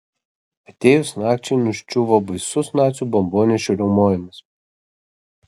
atėjus nakčiai nuščiuvo baisus nacių bombonešių riaumojimas